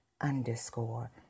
underscore